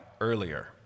earlier